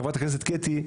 חברת הכנסת קטי.